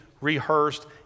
rehearsed